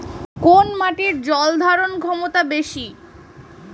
কোন মাটির জল ধারণ ক্ষমতা বেশি?